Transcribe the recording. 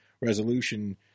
resolution